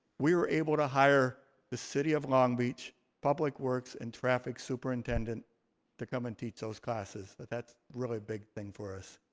we were able to hire the city of long beach public works and traffic superintendent to come and teach those classes. that's really a big thing for us.